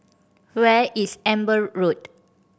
where is Amber Road